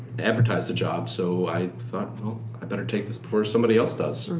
advertised the job. so i thought, well i'd better take this before somebody else does.